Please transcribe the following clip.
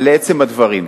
אבל לעצם הדברים,